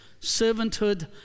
servanthood